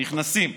נכנסים.